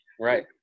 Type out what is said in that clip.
right